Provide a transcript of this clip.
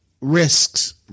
risks